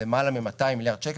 למעלה מ-200 מיליארד שקל,